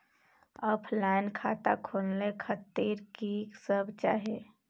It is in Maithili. ऑफलाइन खाता खोले खातिर की सब चाही?